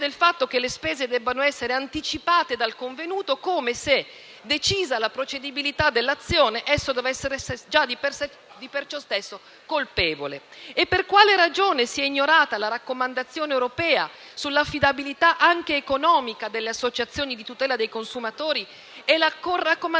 del fatto che le spese debbano essere anticipate dal convenuto come se, decisa la procedibilità dell'azione, esso dovesse essere già per ciò stesso colpevole. E per quale ragione si è ignorata la raccomandazione europea sull'affidabilità anche economica delle associazioni di tutela dei consumatori e la raccomandazione a